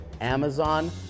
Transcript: Amazon